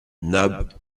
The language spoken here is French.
nab